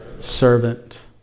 servant